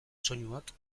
soinuak